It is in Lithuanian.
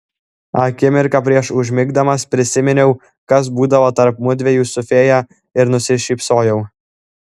akimirką prieš užmigdamas prisiminiau kas būdavo tarp mudviejų su fėja ir nusišypsojau